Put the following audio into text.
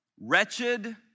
wretched